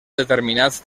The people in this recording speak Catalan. determinats